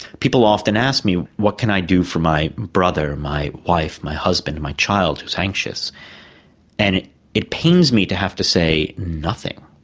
people often ask me what can i do for my brother, my wife, my husband, my child who is anxious and it pains me to have to say nothing.